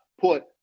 put